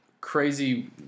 crazy